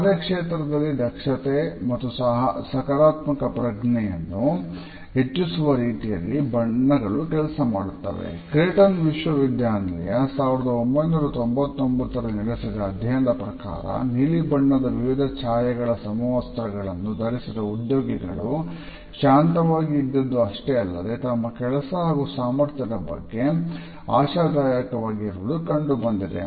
ಕ್ರೇಟನ್ ವಿಶ್ವವಿದ್ಯಾನಿಲಯ 1999ರಲ್ಲಿ ನಡೆಸಿದ ಅಧ್ಯಯನದ ಪ್ರಕಾರ ನೀಲಿಬಣ್ಣದ ವಿವಿಧ ಛಾಯೆಗಳ ಸಮವಸ್ತ್ರಗಳನ್ನು ಧರಿಸಿದ ಉದ್ಯೋಗಿಗಳು ಶಾಂತವಾಗಿ ಇದ್ದುದ್ದು ಅಷ್ಟೇ ಅಲ್ಲದೆ ತಮ್ಮ ಕೆಲಸ ಹಾಗೂ ಸಾಮರ್ಥ್ಯದ ಬಗ್ಗೆ ಆಶಾದಾಯಕವಾಗಿ ಇರುವುದು ಕಂಡುಬಂದಿದೆ